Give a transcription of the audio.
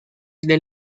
del